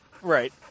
Right